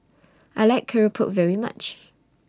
I like Keropok very much